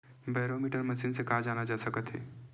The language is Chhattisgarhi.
बैरोमीटर मशीन से का जाना जा सकत हे?